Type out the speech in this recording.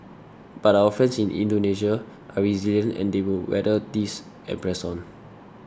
but our friends in Indonesia are resilient and they will weather this and press on